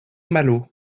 malo